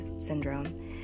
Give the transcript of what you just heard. syndrome